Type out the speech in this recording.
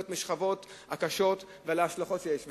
כלפי השכבות החלשות וכלפי ההשלכות שיש לזה,